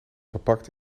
verpakt